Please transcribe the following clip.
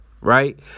right